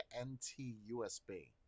NT-USB